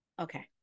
Okay